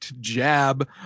jab